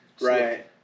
right